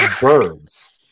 birds